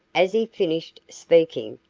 as he finished speaking,